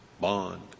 bond